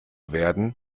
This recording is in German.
werden